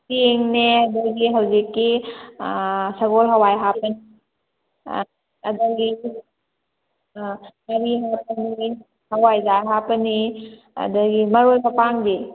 ꯆꯦꯡꯅꯦ ꯑꯗꯒꯤ ꯍꯧꯖꯤꯛꯀꯤ ꯁꯒꯣꯜ ꯍꯋꯥꯏ ꯍꯥꯞꯄꯅꯤ ꯑꯗꯒꯤ ꯉꯥꯔꯤ ꯍꯥꯞꯄꯅꯤ ꯍꯋꯥꯏꯖꯥꯔ ꯍꯥꯞꯄꯅꯤ ꯑꯗꯒꯤ ꯃꯔꯣꯏ ꯃꯄꯥꯡꯗꯤ